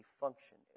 function